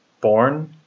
born